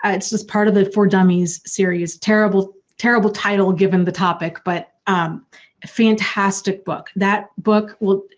ah it's just part of the for dummies series. terrible, terrible title given the topic, but a fantastic book that book well.